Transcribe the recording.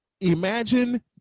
Imagine